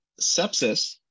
sepsis